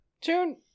tune